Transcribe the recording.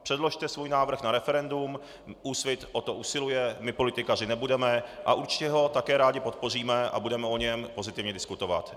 Předložte svůj návrh na referendum, Úsvit o to usiluje, my politikařit nebudeme a určitě ho také rádi podpoříme a budeme o něm pozitivně diskutovat.